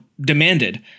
demanded